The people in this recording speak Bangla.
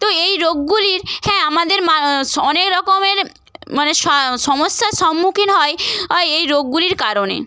তো এই রোগগুলির হ্যাঁ আমাদের মা স অনেক রকমের মানে সা সমস্যার সম্মুখীন হয় হয় এই রোগগুলির কারণে